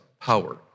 power